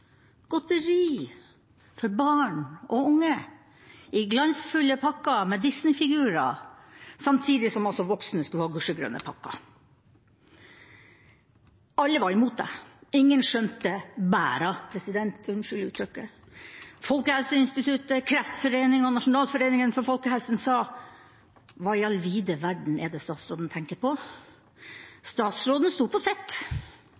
godteri – for barn og unge, i glansfulle pakker med Disney-figurer, samtidig som voksne skulle ha gusjegrønne pakker. Alle var imot det, ingen skjønte bæra, president – unnskyld uttrykket! Folkehelseinstituttet, Kreftforeningen, Nasjonalforeningen for folkehelsen sa: Hva i all vide verden er det statsråden tenker på? Statsråden sto på